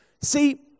See